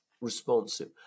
responsive